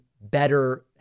better